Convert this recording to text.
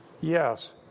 Yes